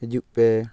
ᱦᱤᱡᱩᱜ ᱯᱮ